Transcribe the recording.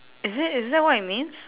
is it is that what it means